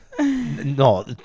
No